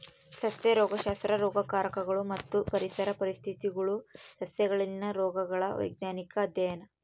ಸಸ್ಯ ರೋಗಶಾಸ್ತ್ರ ರೋಗಕಾರಕಗಳು ಮತ್ತು ಪರಿಸರ ಪರಿಸ್ಥಿತಿಗುಳು ಸಸ್ಯಗಳಲ್ಲಿನ ರೋಗಗಳ ವೈಜ್ಞಾನಿಕ ಅಧ್ಯಯನ